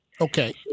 Okay